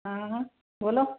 हाँ बोलो